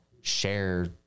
share